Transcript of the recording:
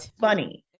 funny